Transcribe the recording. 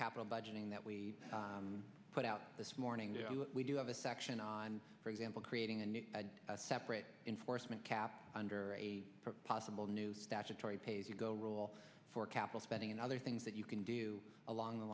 capital budgeting that we put out this morning do we do have a section on for example creating a new separate inforce macapp under a possible new statutory pay as you go rule for capital spending and other things that you can do along the